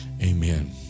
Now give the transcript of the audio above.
Amen